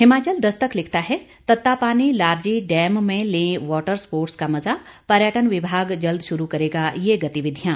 हिमाचल दस्तक लिखता है तत्तापानी लारजी डैम में लें वाटर स्पोर्ट्स का मज़ा पर्यटन विभाग जल्द शुरू करेगा ये गतिविधियां